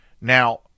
Now